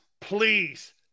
please